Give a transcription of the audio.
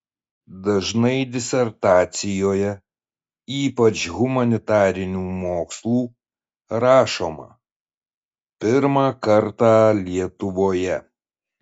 dažnai disertacijoje ypač humanitarinių mokslų rašoma pirmą kartą lietuvoje